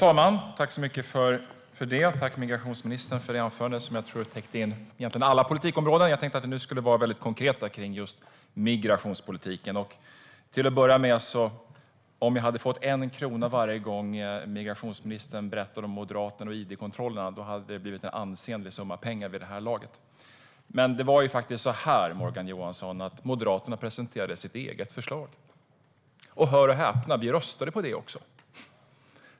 Herr talman! Tack, migrationsministern, för ett anförande som jag tror täckte in alla politikområden! Jag tänkte att vi nu skulle vara väldigt konkreta och tala om just migrationspolitiken. Om jag hade fått en krona varje gång migrationsministern berättar om Moderaterna och id-kontrollerna hade det blivit en ansenlig summa pengar vid det här laget. Men det var faktiskt så att Moderaterna presenterade sitt eget förslag, Morgan Johansson. Och hör och häpna, vi röstade på det också!